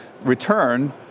return